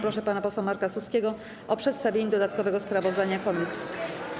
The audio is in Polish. Proszę pana posła Marka Suskiego o przedstawienie dodatkowego sprawozdania komisji.